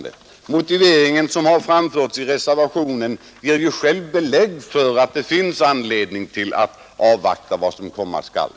Den motivering som anförts i reservationen ger ju själv belägg för att det finns anledning att avvakta vad som komma skall.